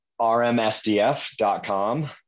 RMSDF.com